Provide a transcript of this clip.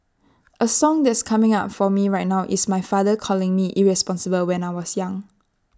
A song that's coming up for me right now is my father calling me irresponsible when I was young